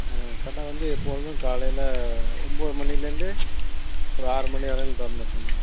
கடை வந்து எப்பொழுதும் காலையில் ஒன்பது மணிலேருந்து ஒரு ஆறு மணி வரையிலும் திறந்துருக்கும் மேடம்